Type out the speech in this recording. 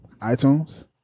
iTunes